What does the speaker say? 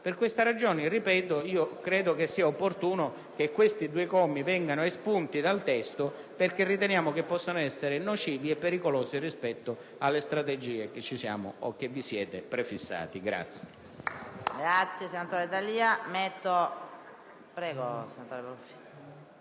delle centrali nucleari. Crediamo sia opportuno che questi due commi vengano espunti dal testo, perché riteniamo possano essere nocivi e pericolosi rispetto alle strategie che ci siamo, o che vi siete, prefissati.